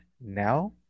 now